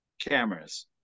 cameras